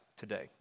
Today